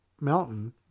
Mountain